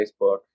Facebook